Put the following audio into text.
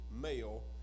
male